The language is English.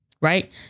right